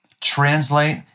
translate